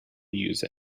use